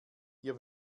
hier